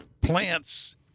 plants